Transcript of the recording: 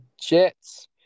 Jets